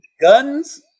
guns